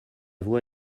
voix